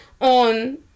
on